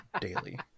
daily